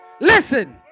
Listen